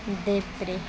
देब्रे